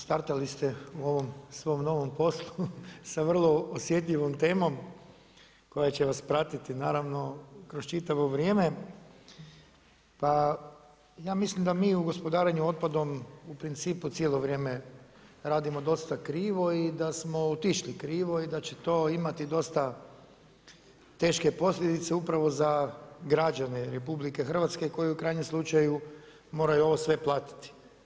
Startali ste u ovom svom novom poslu sa vrlo osjetljivom temom koja će vas pratiti naravno kroz čitavo vrijeme, pa ja mislim da mi u gospodarenju otpadom u principu cijelo vrijeme radimo dosta krivo i da smo otišli krivo i da će to imati dosta teške posljedice upravo za građane RH koji u krajnjem slučaju moramo ovo sve platiti.